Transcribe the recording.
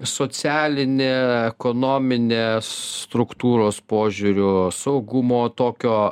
socialine ekonomine struktūros požiūriu saugumo tokio